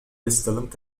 استلمت